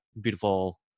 beautiful